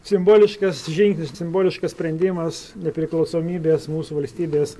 simboliškas žingsnis simboliškas sprendimas nepriklausomybės mūsų valstybės